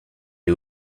les